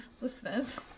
Listeners